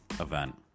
event